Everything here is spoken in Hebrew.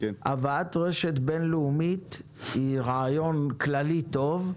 הבאת רשת בינלאומית הוא רעיון כללי טוב,